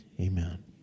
amen